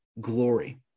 Glory